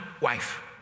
wife